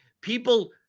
people